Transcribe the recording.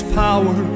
power